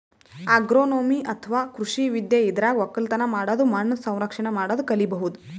agronomy ಅಥವಾ ಕೃಷಿ ವಿದ್ಯೆ ಇದ್ರಾಗ್ ಒಕ್ಕಲತನ್ ಮಾಡದು ಮಣ್ಣ್ ಸಂರಕ್ಷಣೆ ಮಾಡದು ಕಲಿಬಹುದ್